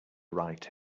write